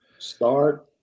Start